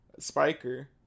spiker